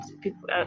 people